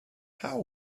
how